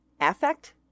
affect